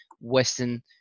western